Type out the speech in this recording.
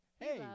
Hey